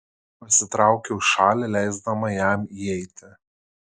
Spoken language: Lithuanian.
pasitraukiau į šalį leisdama jam įeiti